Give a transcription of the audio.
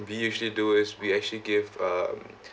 we usually do is we actually give um